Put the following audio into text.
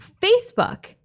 facebook